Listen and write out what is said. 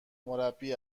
مربی